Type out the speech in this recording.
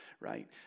right